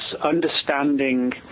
understanding